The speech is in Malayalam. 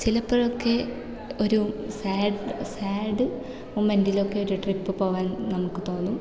ചിലപ്പൊഴൊക്കെ ഒരു സാഡ് സാഡ് മൊമൻടിലൊക്കെ ഒരു ട്രിപ്പ് പോവാൻ നമുക്ക് തോന്നും